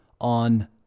on